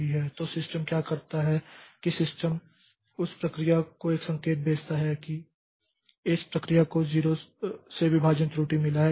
तो सिस्टम क्या करता है कि सिस्टम उस प्रक्रिया को एक संकेत भेजता है कि इस प्रक्रिया को 0 से विभाजन त्रुटि मिला है